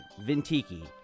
Vintiki